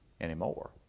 anymore